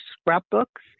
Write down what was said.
scrapbooks